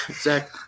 Zach